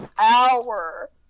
hour